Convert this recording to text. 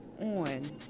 on